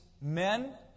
men